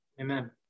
Amen